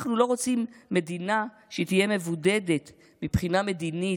אנחנו לא רוצים מדינה שתהיה מבודדת מבחינה מדינית,